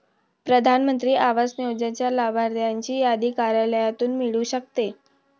प्रधान मंत्री आवास योजनेच्या लाभार्थ्यांची यादी कार्यालयातून मिळू शकते